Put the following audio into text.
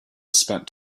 spent